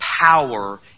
power